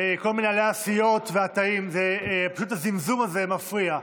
כל מנהלי הסיעות והתאים, הזמזום הזה מפריע.